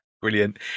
brilliant